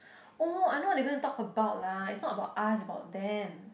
oh I know what they gonna talk about lah is not about us is about them